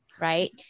right